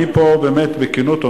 אני אומר לך פה בכנות,